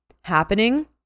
happening